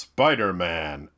Spider-Man